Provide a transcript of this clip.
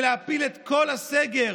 ולהפיל את כל הסגר.